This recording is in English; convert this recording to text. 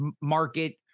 market